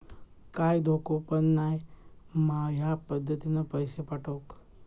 काय धोको पन नाय मा ह्या पद्धतीनं पैसे पाठउक?